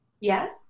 Yes